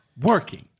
working